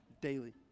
Daily